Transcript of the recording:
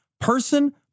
person